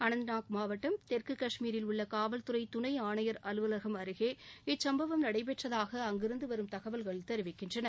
அனந்தநாக் மாவட்டம் தெற்கு காஷ்மீரில் உள்ள காவல்துறை துணை ஆணையர் அலுவலகம் அருகே இச்சுப்பவம் நடைபெற்றதாக அங்கிருந்து வரும் தகவல்கள் தெரிவிக்கின்றன